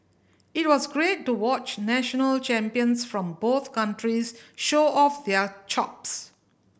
it was great to watch national champions from both countries show off their chops